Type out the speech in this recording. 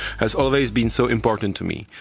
has always been so important to me.